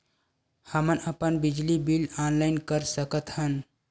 हमन अपन बिजली बिल ऑनलाइन कर सकत हन?